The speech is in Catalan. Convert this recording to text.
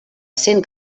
cent